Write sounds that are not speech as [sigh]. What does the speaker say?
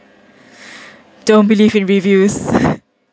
don't believe in reviews [breath] [laughs]